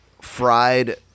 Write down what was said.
fried